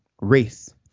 race